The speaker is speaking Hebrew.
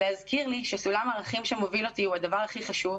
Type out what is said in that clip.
להזכיר לי שסולם הערכים שמוביל אותי הוא הדבר הכי חשוב,